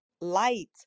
light